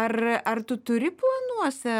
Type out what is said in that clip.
ar ar tu turi planuose